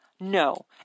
No